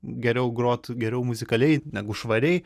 geriau grotų geriau muzikaliai negu švariai